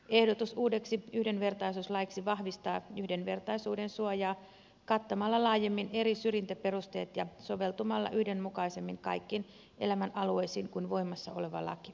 ehdotus uudeksi yhdenvertaisuuslaiksi vahvistaa yhdenvertaisuuden suojaa kattamalla laajemmin eri syrjintäperusteet ja soveltumalla yhdenmukaisemmin kaikkiin elämänalueisiin kuin voimassa oleva laki